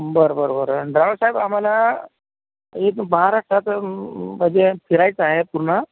बरं बरं बरं आणि ड्रायव्हर साहेब आम्हाला एक महाराष्ट्राचं म्हणजे फिरायचं आहे पूर्ण